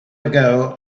ago